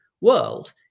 world